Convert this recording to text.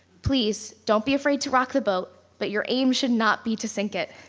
please don't be afraid to rock the boat, but you're aim should not be to sync it.